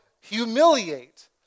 humiliate